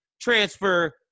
transfer